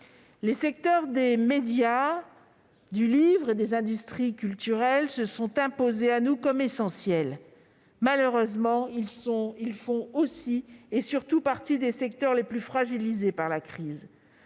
Les secteurs des médias, du livre et des industries culturelles se sont imposés à nous comme essentiels. Malheureusement, ils font surtout partie des secteurs les plus fragilisés par la crise.